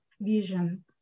vision